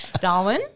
Darwin